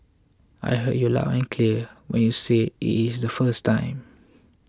I heard you loud and clear when you said it is the first time